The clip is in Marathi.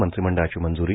मंत्रिमंडळाची मंज्री